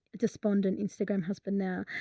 despondent instagram husband now.